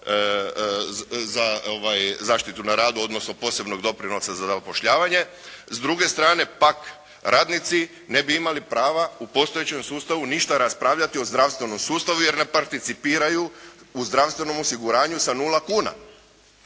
za zaštitu na radu, odnosno posebnog doprinosa za zapošljavanje. S druge strane pak radnici ne bi imali prava u postojećem sustavu ništa raspravljati o zdravstvenom sustavu jer ne participiraju u zdravstvenom osiguranju sa nula kuna.